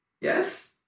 Yes